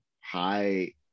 high